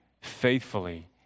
faithfully